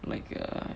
like uh